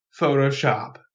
Photoshop